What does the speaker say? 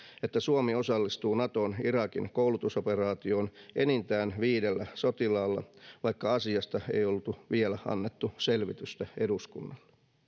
että suomi osallistuu naton irakin koulutusoperaatioon enintään viidellä sotilaalla vaikka asiasta ei oltu vielä annettu selvitystä eduskunnalle